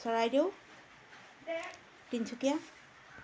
Charaideo Tinsukia